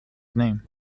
name